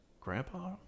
Grandpa